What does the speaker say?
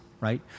right